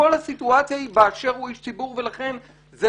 כל הסיטואציה היא באשר הוא איש ציבור ולכן זה